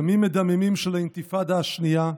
ימים מדממים של האינתיפאדה השנייה,